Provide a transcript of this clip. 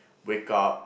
wake up